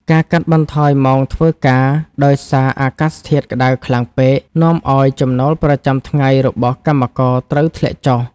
ការកាត់បន្ថយម៉ោងធ្វើការដោយសារអាកាសធាតុក្ដៅខ្លាំងពេក នាំឱ្យចំណូលប្រចាំថ្ងៃរបស់កម្មករត្រូវធ្លាក់ចុះ។